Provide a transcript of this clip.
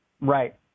Right